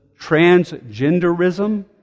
transgenderism